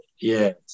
yes